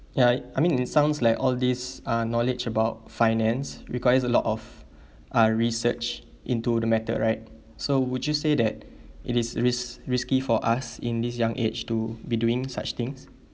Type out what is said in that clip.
ya I mean it sounds like all this uh knowledge about finance requires a lot of uh research into the method right so would you say that it is risk~ risky for us in this young age to be doing such things